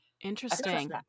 Interesting